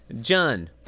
John